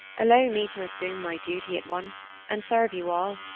allow me to assume my duty at once, and serve you all.